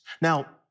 Now